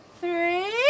three